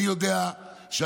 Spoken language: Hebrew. אני יודע שהרפורמה,